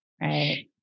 Right